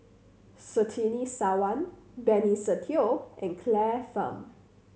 Surtini Sarwan Benny Se Teo and Claire Tham